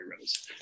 Rose